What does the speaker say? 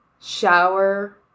shower